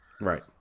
Right